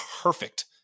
perfect